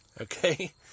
Okay